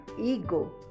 ego